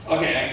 Okay